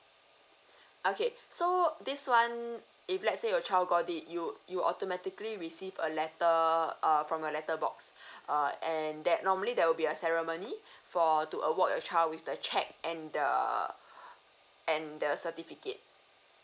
okay so this one if let's say your child got it you you automatically receive a letter err from a letter box err and that normally there will be a ceremony for to award a child with the check and the and the certificate